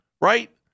right